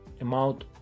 amount